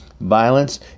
Violence